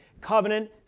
covenant